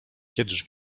kiedyż